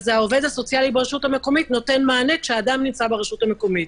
העובד הסוציאלי ברשות המקומית נותן מענה כשהאדם נמצא ברשות המקומית.